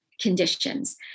conditions